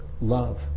love